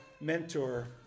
mentor